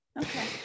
Okay